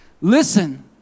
Listen